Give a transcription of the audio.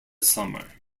summer